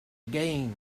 again